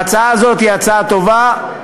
ההצעה הזאת היא הצעה טובה,